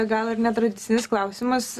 gal ir netradicinis klausimas